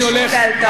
יש תקנון,